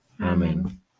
Amen